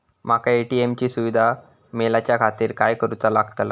माका ए.टी.एम ची सुविधा मेलाच्याखातिर काय करूचा लागतला?